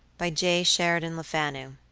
by j. sheridan lefanu